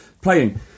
playing